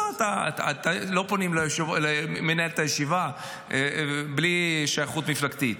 לא פונים למנהל הישיבה בלי שייכות מפלגתית.